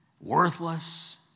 worthless